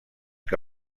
que